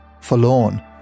forlorn